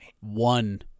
One